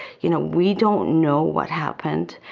you know, we don't know what happened.